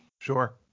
sure